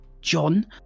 John